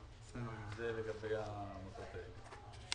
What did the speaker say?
זה לגבי העמותות האלה.